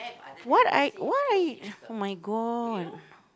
what I why oh-my-god